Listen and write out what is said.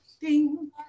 ding